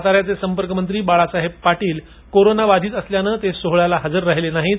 साता याचे संपर्क मंत्री बाळासाहेब पाटील कोरोना बाधित असल्यानं ते सोहळ्याला हजर राहिले नाहीत